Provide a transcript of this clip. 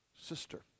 sister